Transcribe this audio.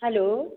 hello